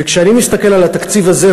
וכשאני מסתכל על התקציב הזה,